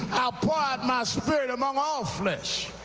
ah pour out my spirit among all flesh.